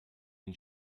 den